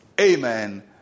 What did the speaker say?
amen